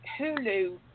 Hulu